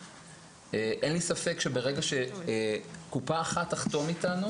אין לי ספק שברגע שקופה אחת תחתום איתנו